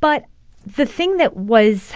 but the thing that was